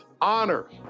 honor